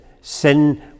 Sin